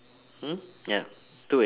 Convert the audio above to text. hmm ya two eggs